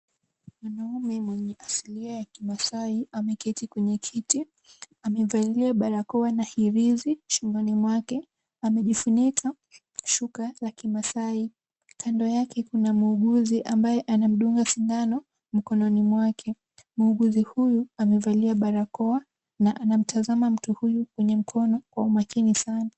Mwanamume mwenye asilia ya kimaasai ameketi kwenye kiti. Amevalia barakoa na hirizi shingoni mwake. Amejifunika shuka la kimaasai. Kando yake kuna muuguzi ambaye anamdunga sindano mkononi mwake. Muuguzi huyu amevalia barakoa na anamtazama mtu huyu kwenye mkono kwa umakini sana.